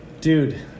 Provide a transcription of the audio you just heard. Dude